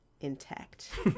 intact